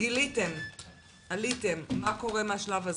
גיליתם ועליתם, מה קורה מהשלב הזה?